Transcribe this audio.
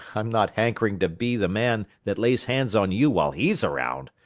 i'm not hankering to be the man that lays hands on you while he's around,